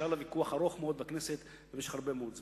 שהיה עליו ויכוח ארוך מאוד בכנסת במשך הרבה מאוד זמן.